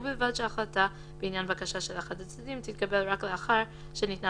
ובלבד שהחלטה בעניין בקשה של אחד הצדדים תתקבל רק לאחר שניתנה